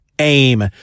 Aim